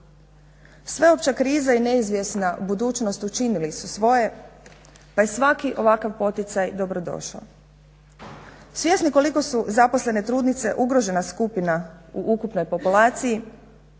Sveopća kriza i neizvjesna budućnost učinili su svoje pa je svaki ovakav poticaj dobrodošao. Svjesni koliko su zaposlene trudnice ugrožena skupina u ukupnoj populaciji